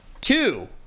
two